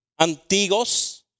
antiguos